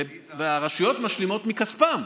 והרשויות משלימות מכספן,